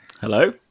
Hello